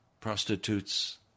prostitutes